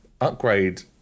upgrade